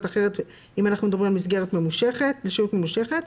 אחרת אם אנחנו מדברים על מסגרת לשהות ממושכת.